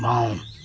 বাওঁ